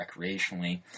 recreationally